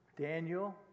Daniel